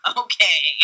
okay